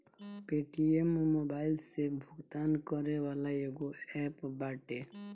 Paytm mobile से भुगतान करे वाला एगो एप्प बाटे